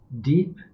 deep